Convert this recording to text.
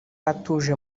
atuje